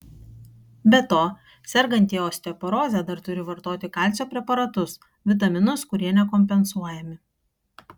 be to sergantieji osteoporoze dar turi vartoti kalcio preparatus vitaminus kurie nekompensuojami